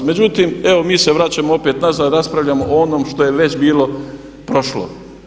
Međutim, evo mi se vraćamo opet nazad, raspravljamo o onom što je već bilo prošlo.